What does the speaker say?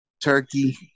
Turkey